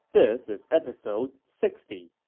this is episode sixty